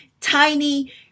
tiny